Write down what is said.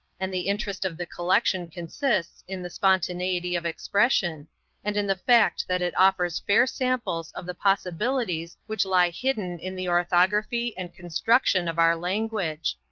and the interest of the collection consists in the spontaneity of expression and in the fact that it offers fair samples of the possibilities which lie hidden in the orthography and construction of our language.